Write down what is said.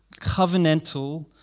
covenantal